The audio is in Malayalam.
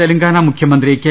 തെലങ്കാന മുഖ്യമന്ത്രി കെ